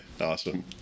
Awesome